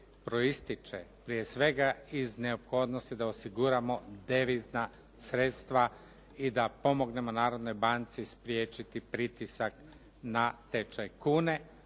proističe prije svega iz neophodnosti da osiguramo devizna sredstva i da pomognemo Narodnoj banci spriječiti pritisak na tečaj kune,